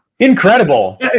incredible